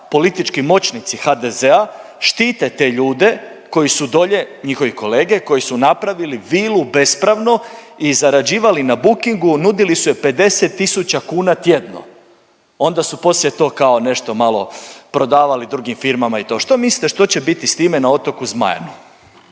politički moćnici HDZ-a štite te ljude koji su dolje, njihovi kolege, koji su napravili vilu bespravno i zarađivali na bookingu, nudili su ju 50.000,00 kn tjedno. Onda su poslije to kao nešto malo prodavali drugim firmama i to. Što mislite što će biti s time na otoku Zmajanu.